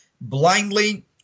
blindly